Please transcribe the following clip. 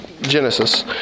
Genesis